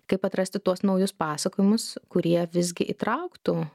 kaip atrasti tuos naujus pasakojimus kurie visgi įtrauktų